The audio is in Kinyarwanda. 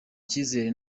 icyizere